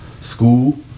school